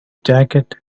jacket